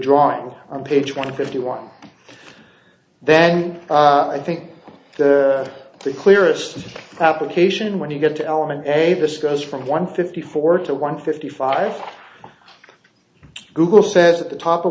drawing on page one fifty one then i think the clearest application when you get to element avis goes from one fifty four to one fifty five google says at the top of